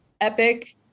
Epic